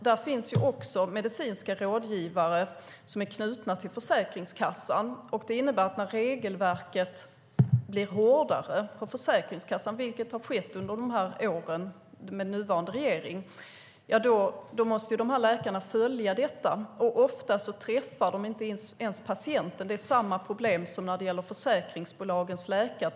Det finns medicinska rådgivare knutna även till Försäkringskassan. Det innebär att när regelverket för Försäkringskassan blir hårdare - vilket skett under åren med nuvarande regering - måste läkarna följa det. Ofta träffar de inte ens patienten. Det är samma problem som när det gäller försäkringsbolagens läkare.